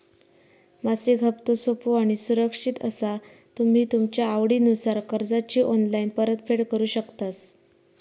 मासिक हप्तो सोपो आणि सुरक्षित असा तुम्ही तुमच्या आवडीनुसार कर्जाची ऑनलाईन परतफेड करु शकतास